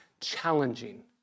challenging